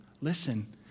listen